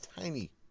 tiny